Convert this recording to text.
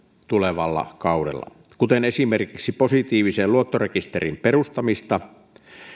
tulevalla kaudella kuten esimerkiksi positiivisen luottorekisterin perustamista